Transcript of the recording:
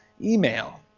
email